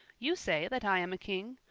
you say that i am a king.